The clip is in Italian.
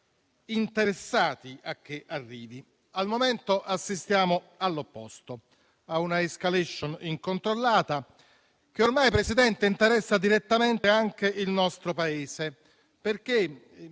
interessati a che arrivi. Ad oggi assistiamo all'opposto: a una *escalation* incontrollata, che ormai, Presidente, interessa direttamente anche il nostro Paese, perché